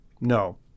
no